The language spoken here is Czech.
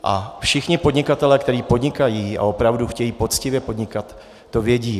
A všichni podnikatelé, kteří podnikají a opravdu chtějí poctivě podnikat, to vědí.